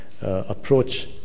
approach